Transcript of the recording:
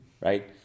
right